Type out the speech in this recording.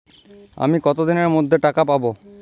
আমি কতদিনের মধ্যে টাকা পাবো?